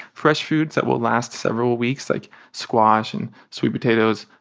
fresh foods that will last several weeks, like squash and sweet potatoes,